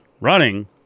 running